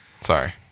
Sorry